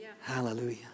Hallelujah